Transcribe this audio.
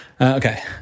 Okay